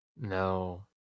No